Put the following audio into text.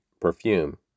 perfume